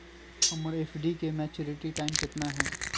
हमर एफ.डी के maturity time कितना है?